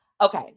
Okay